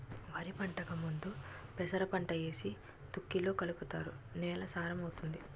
వరిపంటకు ముందు పెసరపంట ఏసి దుక్కిలో కలుపుతారు నేల సారం అవుతాది